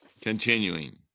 continuing